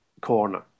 corner